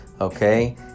okay